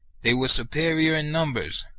they were superior in numbers,